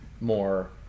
more